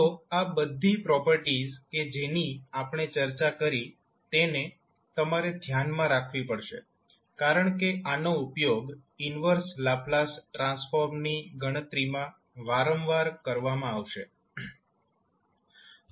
તો આ બઘી પ્રોપર્ટીઝ કે જેની આપણે ચર્ચા કરી તેને તમારે ધ્યાનમાં રાખવી પડશે કારણ કે આનો ઉપયોગ ઈન્વર્સ લાપ્લાસ ટ્રાન્સફોર્મની ગણતરીમાં વારંવાર કરવામાં આવશે